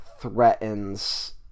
threatens